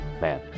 man